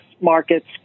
markets